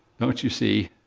but you see,